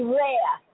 rare